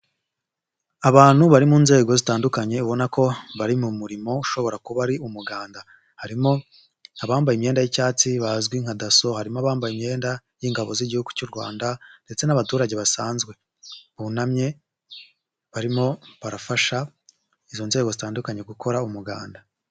Abantu bari mu nzego zitandukanye ubona ko bari mu murimo ushobora kuba ari umuganda. Harimo abambaye imyenda y'icyatsi bazwi nka daso, harimo abambaye imyenda y'ingabo z'Igihugu cy'u rwanda ndetse n'abaturage basanzwe bunamye barimo barafasha izo nzego zitandukanye gukora umuganda.